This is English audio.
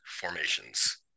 formations